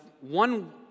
one